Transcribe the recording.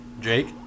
Jake